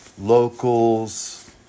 Locals